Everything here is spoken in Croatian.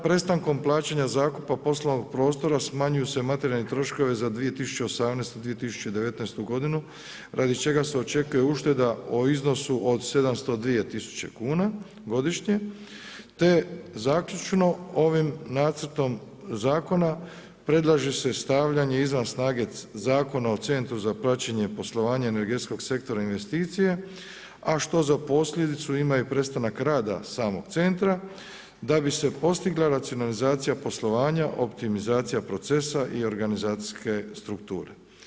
Prestankom plaćanja zakupa poslovnog prostora smanjuju se materijalni troškovi za 2018., 2019. godinu radi čega se očekuje ušteda u iznosu od 702 000 kuna godišnje, te zaključno ovim nacrtom zakona predlaže se stavljanje izvan snage Zakona o centru za praćenje poslovanja energetskog sektora investicije, a što za posljedicu ima i prestanak rada samog centra da bi se postigla racionalizacija poslovanja, optimizacija procesa i organizacijske strukture.